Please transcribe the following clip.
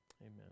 Amen